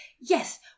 yes